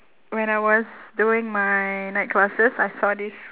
when I was doing my night classes I saw this